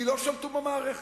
כי לא שלטו במערכת.